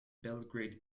belgrade